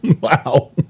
Wow